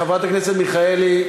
חברת הכנסת מיכאלי,